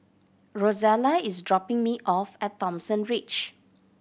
Rozella is dropping me off at Thomson Ridge